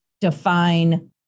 define